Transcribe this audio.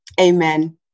Amen